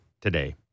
today